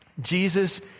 Jesus